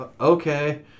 okay